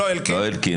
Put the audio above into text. לא אלקין.